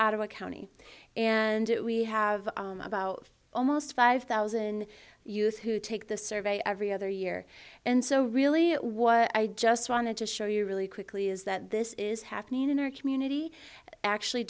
out of our county and we have about almost five thousand youth who take the survey every other year and so really what i just wanted to show you really quickly is that this is happening in our community actually